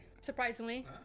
surprisingly